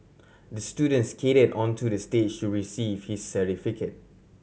the student skated onto the stage to receive his certificate